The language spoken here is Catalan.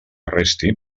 resti